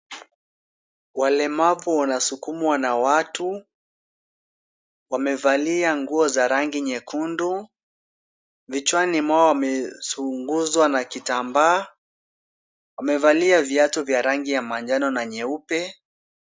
Walemavu wanasukumwa na watu. Wamevalia nguo za rangi nyekundu. Vichwani mwao wamezungushwa na kutambaa. Wamevalia viatu vya rangi ya majano na nyeupe.